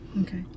Okay